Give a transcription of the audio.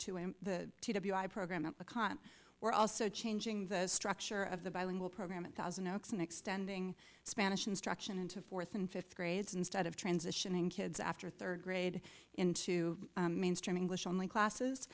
two in the program on a cot we're also changing the structure of the bilingual program and thousand oaks and extending spanish instruction into fourth and fifth grades instead of transitioning kids after third grade into mainstream english only classes